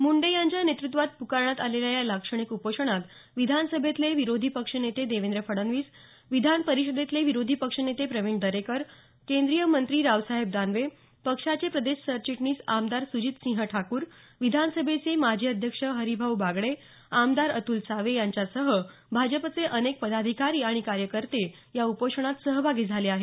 मुंडे यांच्या नेतृत्वात प्कारण्यात आलेल्या या लाक्षणिक उपोषणात विधानसभेतले विरोधी पक्षनेते देवेंद्र फडणवीस विधान परिषदेतले विरोधी पक्षनेते प्रवीण दरेकर केंद्रीय मंत्री रावसाहेब दानवे पक्षाचे प्रदेश सरचिटणीस आमदार सुजितसिंह ठाकूर विधानसभेचे माजी अध्यक्ष हरिभाऊ बागडे आमदार अतुल सावे यांच्यासह भाजपचे अनेक पदाधिकारी आणि कार्यकर्ते या उपोषणात सहभागी झाले आहेत